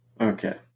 Okay